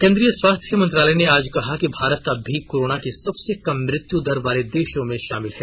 केन्द्रीय स्वास्थ्य मंत्रालय ने आज कहा कि भारत अब भी कोरोना की सबसे कम मृत्यु दर वाले देशों में शामिल है